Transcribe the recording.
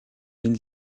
энэ